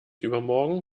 übermorgen